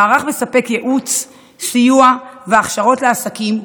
המערך מספק ייעוץ, סיוע והכשרות לעסקים,